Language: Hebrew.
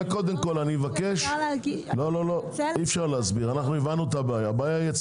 זה קודם כל אני מבקש הבנו את הבעיה.